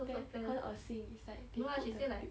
then 很恶心 it's like they put like